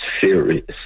serious